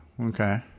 Okay